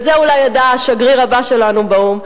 את זה אולי ידע השגריר הבא שלנו באו"ם,